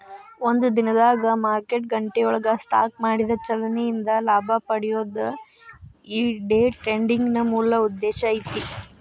ಒಂದ ದಿನದಾಗ್ ಮಾರ್ಕೆಟ್ ಗಂಟೆಯೊಳಗ ಸ್ಟಾಕ್ ಮಾಡಿದ ಚಲನೆ ಇಂದ ಲಾಭ ಪಡೆಯೊದು ಈ ಡೆ ಟ್ರೆಡಿಂಗಿನ್ ಮೂಲ ಉದ್ದೇಶ ಐತಿ